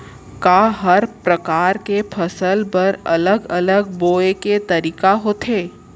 का हर प्रकार के फसल बर अलग अलग बोये के तरीका होथे?